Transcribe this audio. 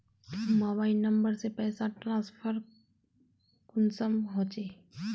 Mobile number से पैसा transfer कुंसम होचे?